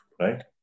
right